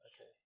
okay